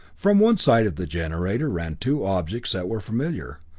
from one side of the generator, ran two objects that were familiar,